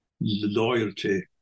loyalty